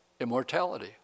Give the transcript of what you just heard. immortality